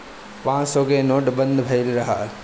पांचो सौ के नोट बंद भएल रहल